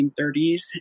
1930s